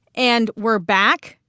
and we're back.